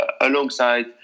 alongside